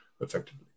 effectively